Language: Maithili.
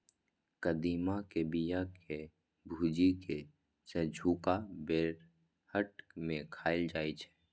कदीमा के बिया कें भूजि कें संझुका बेरहट मे खाएल जाइ छै